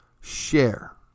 share